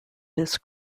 this